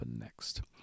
next